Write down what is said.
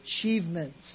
achievements